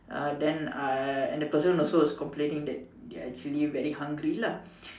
uh then uh and the person also was complaining they're actually very hungry lah